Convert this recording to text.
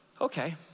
Okay